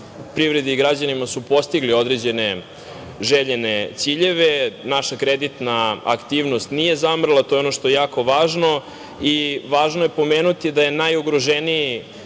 privredi i građanima su postigle određene željene ciljeve. Naša kreditna aktivnost nije zamrla, to je ono što je jako važno. Važno je pomenuti da je najugroženiji